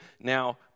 now